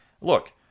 look